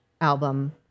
album